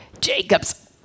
Jacob's